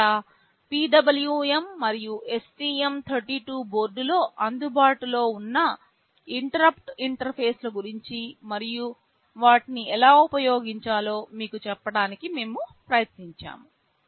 ఇక్కడ PWM మరియు STM 32 బోర్డులో అందుబాటులో ఉన్న ఇంటరుప్పుట్ ఇంటర్ఫేస్ల గురించి మరియు వాటిని ఎలా ఉపయోగించాలో మీకు చెప్పడానికి మేము ప్రయత్నించాము